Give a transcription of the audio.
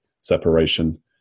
separation